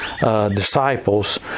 disciples